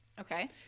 Okay